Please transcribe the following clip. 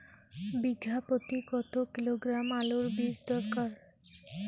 বিঘা প্রতি কত কিলোগ্রাম আলুর বীজ দরকার?